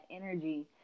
energy